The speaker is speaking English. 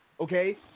okay